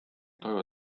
toivo